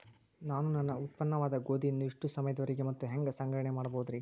ನಾನು ನನ್ನ ಉತ್ಪನ್ನವಾದ ಗೋಧಿಯನ್ನ ಎಷ್ಟು ಸಮಯದವರೆಗೆ ಮತ್ತ ಹ್ಯಾಂಗ ಸಂಗ್ರಹಣೆ ಮಾಡಬಹುದುರೇ?